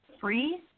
free